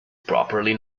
properly